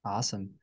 Awesome